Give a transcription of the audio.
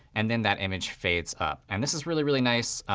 and then that image fades up. and this is really, really nice.